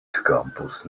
campus